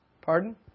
Pardon